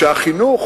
שהחינוך